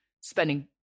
spending